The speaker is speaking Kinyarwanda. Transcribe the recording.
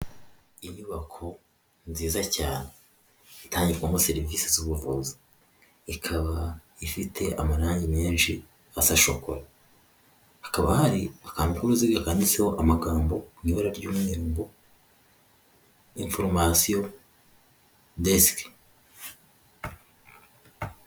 Inyubako nziza cyane itangirwamo serivisi z'ubuvuzi ikaba ifite amarangi menshi asa shokora, hakaba hari akantu k'uruziga kanditseho amagabo mu ibara ry'umweru ngo: information desk.